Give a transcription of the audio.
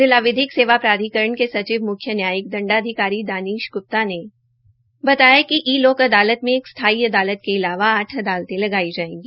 जिला विधिक सेवा प्राधिकरण के सचिव म्ख्य न्यायिक दंडाधिकारी दानिश ग्प्ता ने बताया कि ई लोक अदालत मे एक स्थायी अदालत के अलावा आठ अदालते लगाई जायेगी